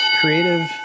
creative